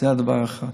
זה דבר אחד.